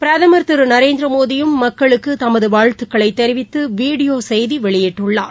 பிரதமர் திருநரேந்திரமோடியும் மக்களுக்குதமதுவாழ்த்துக்களைதெரிவித்துவிடியோசெய்திவெளியிட்டுள்ளார்